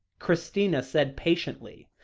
christina said patiently,